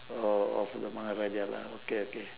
oh of the மகாராஜா:maharaja lah okay okay